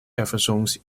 episodes